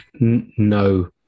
no